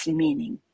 meaning